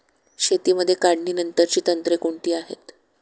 शेतीमध्ये काढणीनंतरची तंत्रे कोणती आहेत?